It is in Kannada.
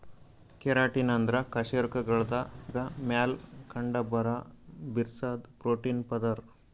ಕೆರಾಟಿನ್ ಅಂದ್ರ ಕಶೇರುಕಗಳ್ದಾಗ ಮ್ಯಾಲ್ ಕಂಡಬರಾ ಬಿರ್ಸಾದ್ ಪ್ರೋಟೀನ್ ಪದರ್